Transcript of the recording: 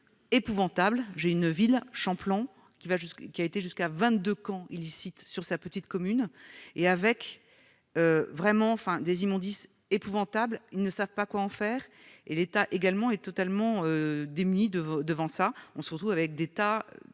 épouvantable, j'ai une ville j'plomb qui va, jusqu', qui a été jusqu'à 22 camp illicite sur sa petite commune et avec vraiment enfin des immondices épouvantable, ils ne savent pas quoi en faire et l'État également et totalement démunis de devant ça, on se retrouve avec des tas,